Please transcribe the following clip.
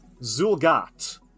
Zulgat